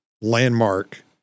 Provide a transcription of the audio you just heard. Landmark